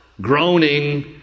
groaning